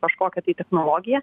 kažkokią tai technologiją